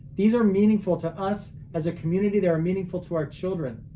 these are meaningful to us as a community they are meaningful to our children.